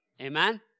Amen